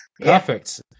Perfect